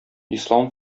ислам